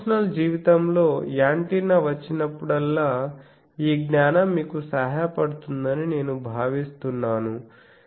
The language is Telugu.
మీ ప్రొఫెషనల్ జీవితంలో యాంటెన్నా వచ్చినప్పుడల్లా ఈ జ్ఞానం మీకు సహాయపడుతుందని నేను భావిస్తున్నాను